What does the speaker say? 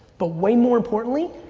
but way more importantly,